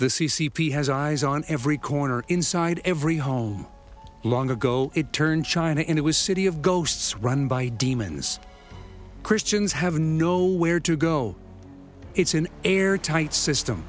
the c c p has eyes on every corner inside every home long ago it turned china in it was city of ghosts run by demons christians have nowhere to go it's an airtight system